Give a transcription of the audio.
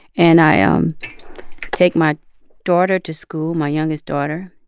and i ah um take my daughter to school, my youngest daughter.